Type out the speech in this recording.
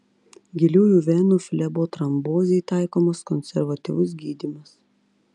giliųjų venų flebotrombozei taikomas konservatyvus gydymas